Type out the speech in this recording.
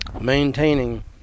Maintaining